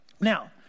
Now